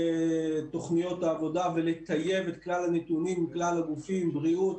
תוכניות העבודה ולטייב את כלל הנתונים עם כלל הגופים: בריאות,